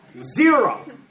zero